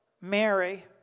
Mary